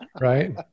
right